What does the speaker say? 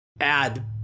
add